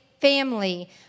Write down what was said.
family